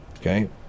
Okay